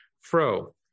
fro